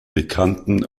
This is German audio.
bekannten